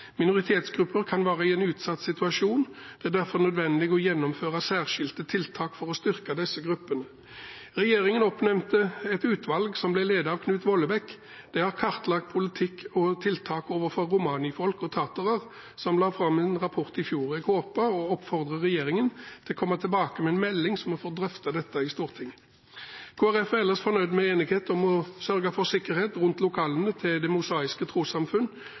Minoritetsgrupper kan være i en utsatt situasjon. Det er derfor nødvendig å gjennomføre særskilte tiltak for å styrke disse gruppene. Regjeringen oppnevnte et utvalg, som ble ledet av Knut Vollebæk, der en kartla politikk og tiltak overfor romanifolk og tatere. Utvalget la fram en rapport i juni i år. Jeg oppfordrer regjeringen til å komme tilbake med en melding, så vi får drøftet dette i Stortinget. Kristelig Folkeparti er ellers fornøyd med enighet om å sørge for sikkerhet rundt lokalene til Det Mosaiske